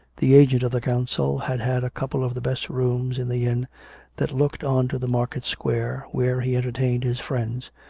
the agent of the council had had a couple of the best rooms in the inn that looked on to the market-square, where he entertained his friends,